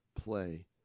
play